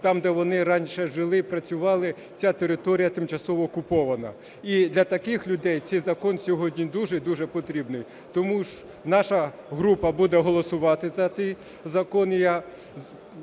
там, де вони раніше жили, працювали, ця територія тимчасово окупована. І для таких людей цей закон сьогодні дуже і дуже потрібний. Тому наша група буде голосувати за цей закон.